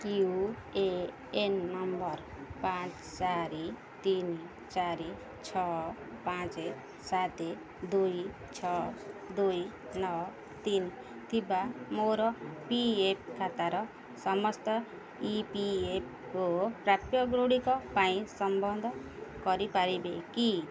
you A N number ପାଞ୍ଚ ଚାରି ତିନି ଚାରି ଛଅ ପାଞ୍ଚ ସାତ ଦୁଇ ଛଅ ଦୁଇ ନଅ ତିନି ଥିବା ମୋର ପି ଏଫ୍ ଖାତାର ସମସ୍ତ ଇ ପି ଏଫ୍ ଓ ପ୍ରାପ୍ୟଗୁଡ଼ିକ ପାଇଁ ସନ୍ଧାନ କରିପାରିବ କି